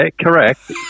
correct